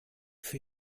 für